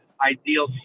ideal